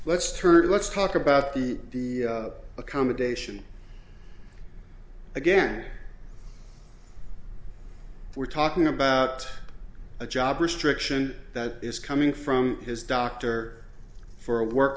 turn let's talk about the the accommodation again we're talking about a job restriction that is coming from his doctor for work